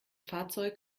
fahrzeug